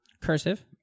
Cursive